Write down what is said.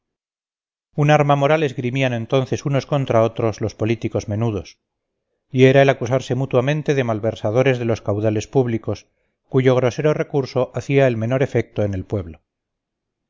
un arma moral esgrimían entonces unos contra otros los políticos menudos y era el acusarse mutuamente de malversadores de los caudales públicos cuyo grosero recurso hacía el mejor efecto en el pueblo